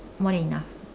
more then enough